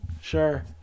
sure